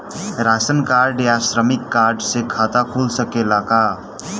Ration card या श्रमिक card से खाता खुल सकेला का?